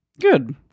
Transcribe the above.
Good